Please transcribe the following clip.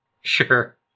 sure